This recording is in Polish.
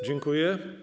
Dziękuję.